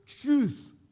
truth